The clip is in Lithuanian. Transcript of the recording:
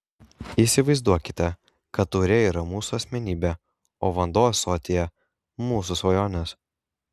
įsivaizduokite kad taurė yra mūsų asmenybė o vanduo ąsotyje mūsų svajonės